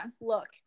look